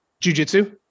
jujitsu